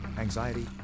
anxiety